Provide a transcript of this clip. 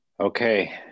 Okay